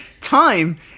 Time